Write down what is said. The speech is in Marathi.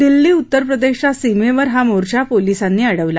दिल्ली उत्तर प्रदेशच्या सीमेवर हा मोर्चा पोलिसांनी अडवला